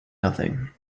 nothing